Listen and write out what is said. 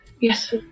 Yes